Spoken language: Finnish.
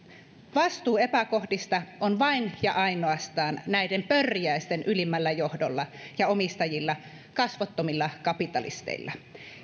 vastuu epäkohdista on vain ja ainoastaan näiden pörriäisten ylimmällä johdolla ja omistajilla kasvottomilla kapitalisteilla